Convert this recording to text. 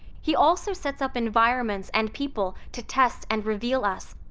he also sets up environments and people to test and reveal us,